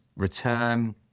return